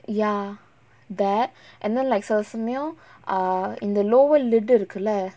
ya that and then like சில சமயோ:sila samayo err in the lower lid இருக்குல:irukkula